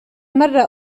مرة